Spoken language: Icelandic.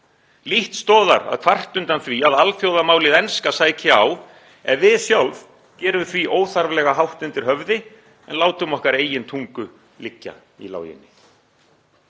Lítt stoðar að kvarta undan því að alþjóðamálið enska sæki á ef við sjálf gerum því óþarflega hátt undir höfði en látum okkar eigin tungu liggja í láginni.